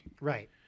right